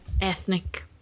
ethnic